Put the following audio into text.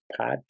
podcast